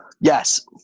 Yes